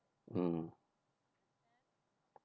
um